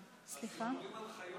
הסיפורים על חיות,